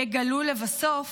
יגלו לבסוף